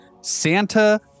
Santa